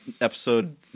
episode